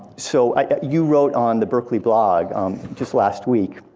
so you wrote on the berkeley blog just last week,